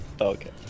Okay